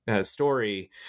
story